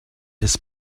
his